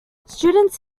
students